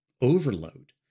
overload